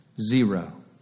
Zero